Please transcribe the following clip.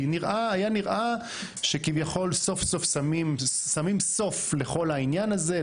כי היה נראה שסוף סוף שמים סוף לכל העניין הזה,